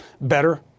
Better